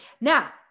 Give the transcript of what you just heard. Now